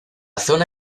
zona